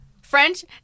French